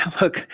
look